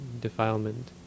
defilement